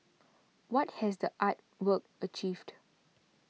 what has the art work achieved